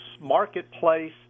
marketplace